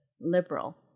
liberal